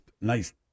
nice